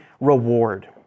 reward